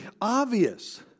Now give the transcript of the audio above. obvious